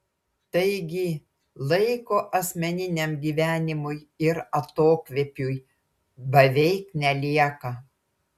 taigi laiko asmeniniam gyvenimui ir atokvėpiui beveik nelieka